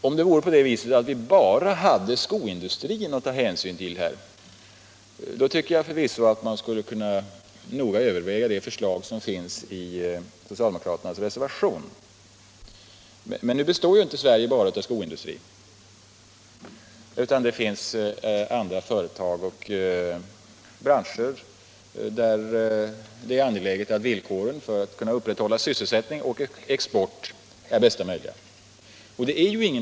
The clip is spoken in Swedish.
Om det vore på det viset att vi bara hade skoindustrin att ta hänsyn till skulle vi förvisso kunna noga överväga det förslag som finns i socialdemokraternas reservation, men nu består Sveriges näringsliv inte bara av skoindustri, utan det finns ju även andra företag och branscher där det är angeläget att villkoren för att kunna upprätthålla sysselsättning och export är de bästa möjliga.